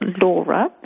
Laura